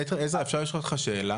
עזרא, אפשר לשאול אותך שאלה?